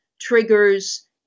triggers